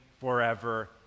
forever